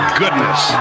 goodness